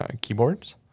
keyboards